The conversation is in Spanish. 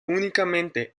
únicamente